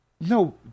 No